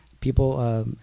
People